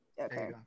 okay